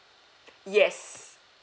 yes